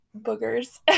boogers